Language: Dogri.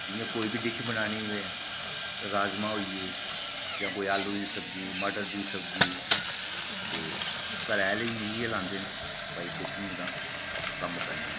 जि'यां कोई बी डिश बनानी होऐ राजमांह् होई गे जां कोई आलू दी सब्जी मटर दी सब्जी ते घरै आह्ले बी मिगी गै लांदे न भई कुकिंग दा कम्म करने ताईं